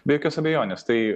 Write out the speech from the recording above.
be jokios abejonės tai